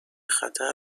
خطر